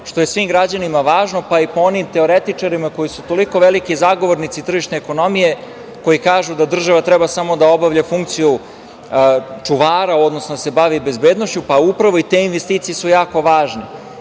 što je svim građanima važno, pa i po onim teoretičarima koji su toliko veliki zagovornici tržišne ekonomije koji kažu da država treba da obavlja samo funkciju čuvara, odnosno da se bave bezbednošću, pa upravo i te investicije su jako važne. Videli